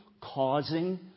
causing